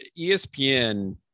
ESPN